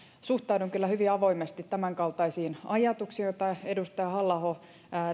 suhtaudun kyllä hyvin avoimesti tämänkaltaisiin ajatuksiin joita edustaja halla aho